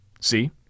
See